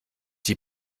die